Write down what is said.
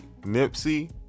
Nipsey